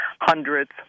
hundreds